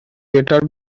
later